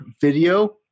video